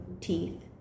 teeth